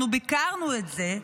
ואנחנו ביקרנו את זה,